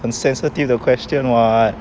很 sensitive 的 question [what]